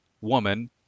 woman